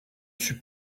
suis